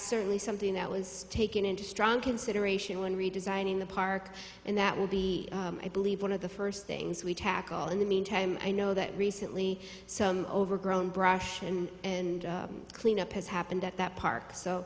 certainly something that was taken into strong consideration when redesigning the park and that will be i believe one of the first things we tackle in the meantime i know that recently so overgrown brush and and cleanup has happened at that park so